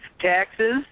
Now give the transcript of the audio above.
taxes